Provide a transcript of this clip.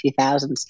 2000s